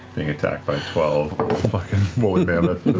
being attacked by twelve fucking wooly mammoths.